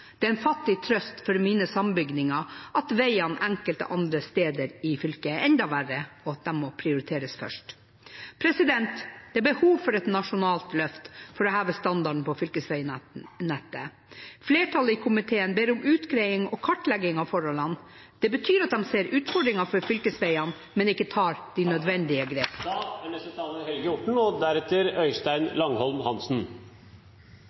Det er en fattig trøst for mine sambygdinger at veiene enkelte andre steder i fylket er enda verre, og at de må prioriteres først. Det er behov for et nasjonalt løft for å heve standarden på fylkesveinettet. Flertallet i komiteen ber om utgreiing og kartlegging av forholdene. Det betyr at de ser utfordringer for fylkesveiene, men ikke tar de nødvendig grep.